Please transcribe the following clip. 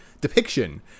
depiction